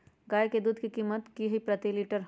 गाय के दूध के कीमत की हई प्रति लिटर?